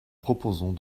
proposons